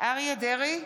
אריה מכלוף דרעי,